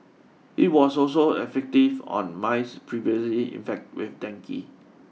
it was also effective on mice previously infected with dengue